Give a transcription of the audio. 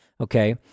Okay